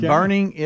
Burning